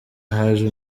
haje